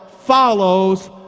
follows